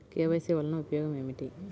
KYC వలన ఉపయోగం ఏమిటీ?